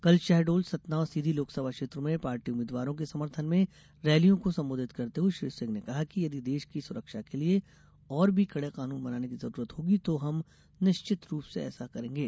कल शहडोल सतना और सीधी लोकसभा क्षेत्रों में पार्टी उम्मीदवारों के समर्थन में रैलियों को संबोधित करते हुए श्री सिंह ने कहा कि यदि देश की सुरक्षा के लिए और भी कड़े कानून बनाने की ज़रूरत होगी तो हम निश्चित रूप से ऐसा करेंगे